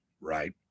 right